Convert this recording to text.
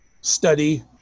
study